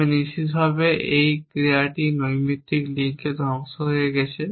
তবে নিশ্চিতভাবে এই ক্রিয়াটি নৈমিত্তিক লিঙ্কে ধ্বংস হয়ে গেছে